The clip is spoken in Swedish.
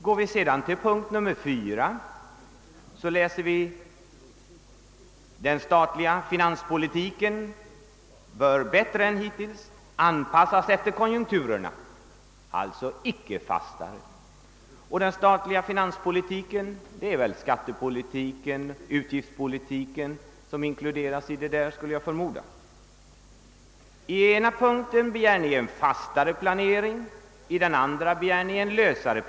Går vi sedan till punkten 4 läser vi att den statliga finanspolitiken bättre än hittills bör anpassas efter konjunkturerna — alltså icke göras fastare, I den statliga finanspolitiken förmodar jag att man inkluderar skattepolitiken och utgiftspolitiken. I den ena punkten begär ni fastare planering, i den andra lösare.